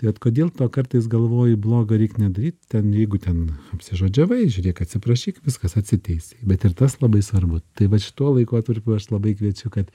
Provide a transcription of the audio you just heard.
tai vat kodėl to kartais galvoji blogą reik nedaryt ten jeigu ten apsižodžiavimai žiūrėk atsiprašyk viskas atsiteisei bet ir tas labai svarbu tai vat šituo laikotarpiu aš labai kviečiu kad